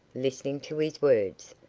listening to his words.